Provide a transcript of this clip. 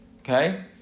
Okay